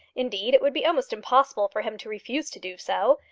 indeed, it would be almost impossible for him to refuse to do so.